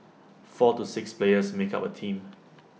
four to six players make up A team